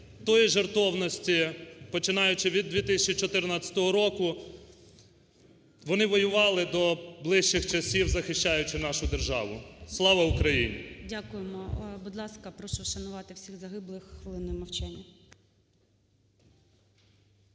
тої жертовності, починаючи від 2014 року вони воювали до ближчих часів, захищаючи нашу державу. Слава Україні! ГОЛОВУЮЧИЙ. Дякуємо. Будь ласка, прошу вшанувати всіх загиблих хвилиною мовчання.